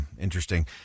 interesting